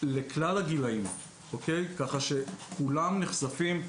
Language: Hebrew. לכלל הגילאים, כך שכולם נחשפים.